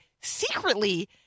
secretly